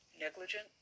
Negligent